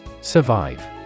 Survive